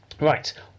Right